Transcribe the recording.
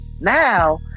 Now